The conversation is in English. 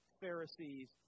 Pharisees